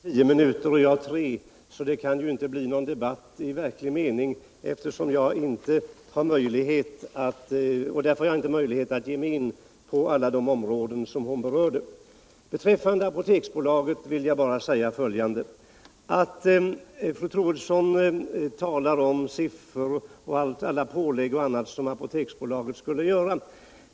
Herr talman! Fru Troedsson har tio minuter och jag har tre, så det kan ju inte bli någon debatt i verklig mening. Jag har inte möjlighet att ge mig in på alla de områden som hon berörde. Beträffande Apoteksbolaget vill jag bara säga följande. Fru Troedsson talar om alla pålägg som Apoteksbolaget skulle göra.